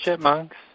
Chipmunks